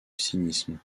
cynisme